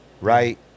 right